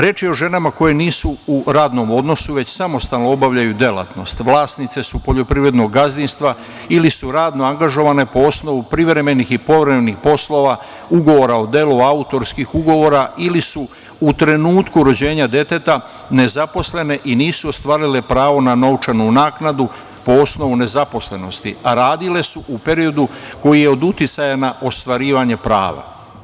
Reč je o ženama koje nisu u radnom odnosu, već samostalno obavljaju delatnost, vlasnice su poljoprivrednog gazdinstva ili su radno angažovane po osnovu privremenih i povremenih poslova, ugovora o delu, autorskih ugovora ili su u trenutku rođenja deteta nezaposlene i nisu ostvarile pravo na novčanu naknadu po osnovu nezaposlenosti, a radile su u periodu koji je od uticaja na ostvarivanje prava.